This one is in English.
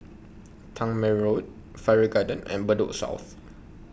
Tangmere Road Farrer Garden and Bedok South